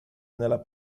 nella